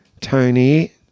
Tony –